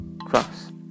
Cross